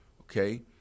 okay